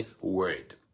word